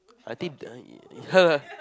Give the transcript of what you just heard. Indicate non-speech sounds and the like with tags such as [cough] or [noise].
I think the [laughs]